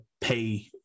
pay